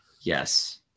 yes